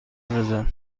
بزن